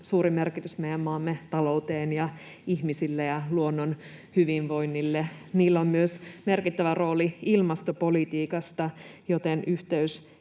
suuri merkitys meidän maamme taloudelle ja ihmisille ja luonnon hyvinvoinnille. Niillä on myös merkittävä rooli ilmastopolitiikassa, joten myös